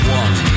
one